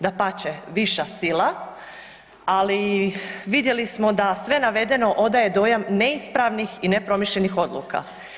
Dapače, viša sila, ali vidjeli smo da sve navedeno odaje dojam neispravnih i nepromišljenih odluka.